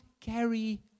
carry